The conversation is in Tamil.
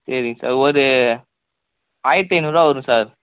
சரிங்க சார் ஒரு ஆயிரத்து ஐந்நூறுரூவா வரும் சார்